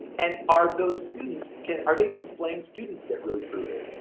and are those students can, are they displaying students that really prove it?